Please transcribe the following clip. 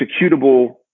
executable